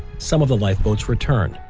some of the lifeboats returned,